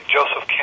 Joseph